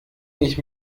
ich